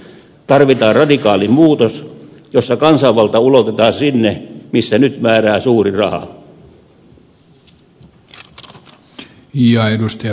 tarvitaan radikaali muutos jossa kansanvalta ulotetaan sinne missä nyt määrää suuri raha